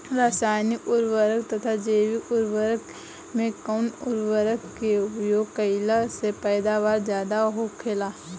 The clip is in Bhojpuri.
रसायनिक उर्वरक तथा जैविक उर्वरक में कउन उर्वरक के उपयोग कइला से पैदावार ज्यादा होखेला?